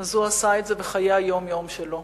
אז הוא עשה את זה בחיי היום-יום שלו.